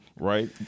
right